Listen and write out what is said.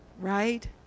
right